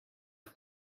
you